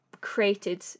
created